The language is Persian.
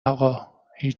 اقا، هیچ